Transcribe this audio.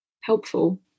helpful